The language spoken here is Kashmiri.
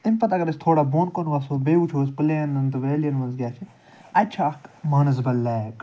أمہِ پَتہٕ اَگر أسۍ تھوڑا بۄن کُن وَسُو بیٚیہِ وُچھُو أسۍ پٕلینَن تہٕ ویلِیَن منٛز کیٛاہ چھُ اَتہِ چھُ اَکھ مانَسبَل لیک